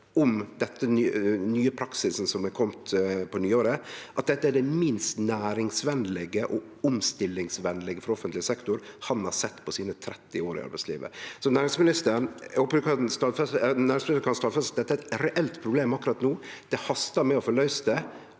om den nye praksisen som er komen på nyåret, at dette er det minst næringsvenlege og omstillingsvenlege frå offentleg sektor han har sett på sine 30 år i arbeidslivet. Eg håpar næringsministeren kan stadfeste at dette er eit reelt problem akkurat no. Det hastar med å få løyst det,